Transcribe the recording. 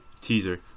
Teaser